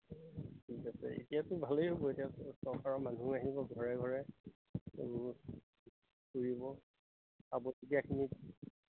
ঠিক আছে এতিয়াতো ভালেই হ'ব এতিয়া চৰকাৰৰ মানুহ আহিব ঘৰে ঘৰে ঘূৰিব পাবলগীয়াখিনিক